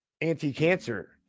Anti-cancer